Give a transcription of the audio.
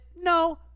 No